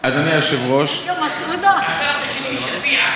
זאת שאלה מעניינת,